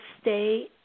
stay